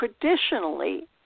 traditionally